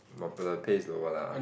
popular pay is lower lah